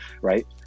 right